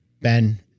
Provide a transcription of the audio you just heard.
Ben